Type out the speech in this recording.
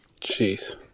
Jeez